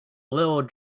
little